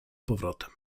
powrotem